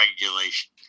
regulation